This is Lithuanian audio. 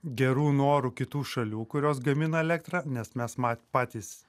gerų norų kitų šalių kurios gamina elektrą nes mes mat patys